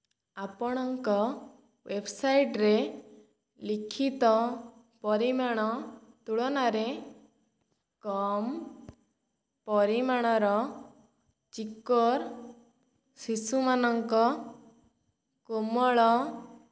ଆପଣଙ୍କ ୱେବ୍ସାଇଟ୍ରେ ଲିଖିତ ପରିମାଣ ତୁଳନାରେ କମ୍ ପରିମାଣର ଚିକ୍କୋର ଶିଶୁମାନଙ୍କ କୋମଳ